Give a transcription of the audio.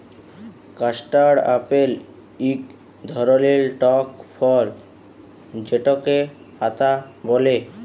custard apple ইক ধরলের টক ফল যেটকে আতা ব্যলে